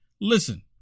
Listen